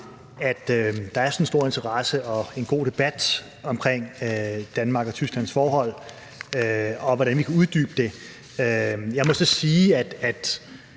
er sådan en stor interesse og en god debat omkring Danmark og Tysklands forhold og for, hvordan vi kan uddybe det. Jeg må så sige, at